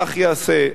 כך ייעשה.